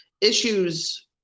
issues